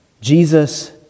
Jesus